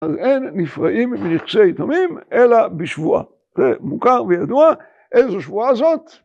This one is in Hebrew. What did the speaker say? אז אין נפרעים בנכסי תמים, אלא בשבועה, זה מוכר וידוע, איזו שבועה זאת